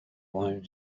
wanted